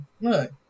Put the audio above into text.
Look